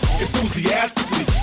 enthusiastically